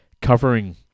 covering